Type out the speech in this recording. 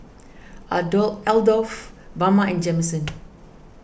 Adore Adolph Bama and Jamison